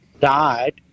died